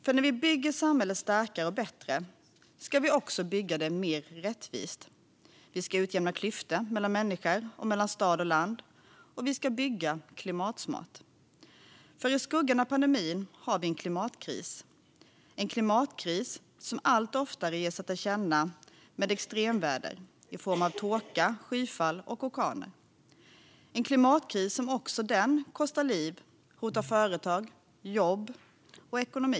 För när vi bygger samhället starkare och bättre ska vi också bygga det mer rättvist. Vi ska utjämna klyftor mellan människor och mellan stad och land. Och vi ska bygga klimatsmart, för i skuggan av pandemin har vi en klimatkris som allt oftare ger sig till känna med extremväder i form av torka, skyfall och orkaner. Det är en klimatkris som också den kostar liv och hotar företag, jobb och ekonomi.